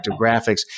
graphics